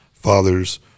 fathers